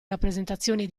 rappresentazioni